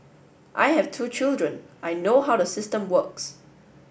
I have two children I know how the system works